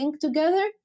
together